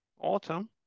autumn